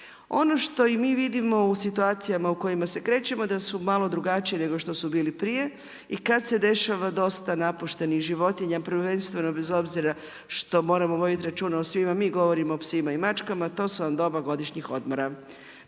Ono što i mi vidimo u situacijama u kojima se krećemo da su malo drugačije nego što su bili prije, i kad se dešava dosta napuštenih životinja prvenstveno bez obzira što moramo voditi računa, o svima govorimo, o psima i mačkama, a to su vam doba godišnjih odmora.